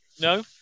No